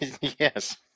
Yes